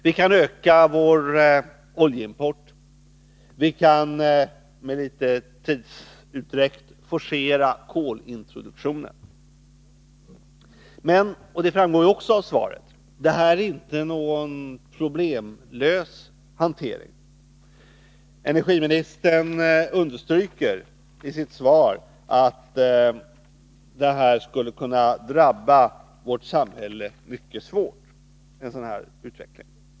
Vi kan öka vår oljeimport, och vi kan, med någon tidsutdräkt, forcera kolintroduktionen. Men -— och det framgår också av svaret — det här är inte en problemfri hantering. Energiministern understryker i sitt svar att en sådan utveckling skulle kunna drabba vårt samhälle mycket svårt.